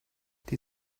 die